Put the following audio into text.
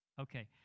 okay